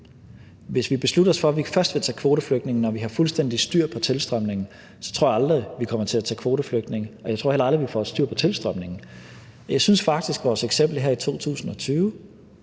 Hvis vi beslutter os for, at vi først vil tage kvoteflygtninge, når vi har fuldstændig styr på tilstrømningen, så tror jeg aldrig, vi kommer til at tage kvoteflygtninge, og jeg tror heller aldrig, at vi får styr på tilstrømningen. Jeg synes faktisk, at vores eksempel her i 2020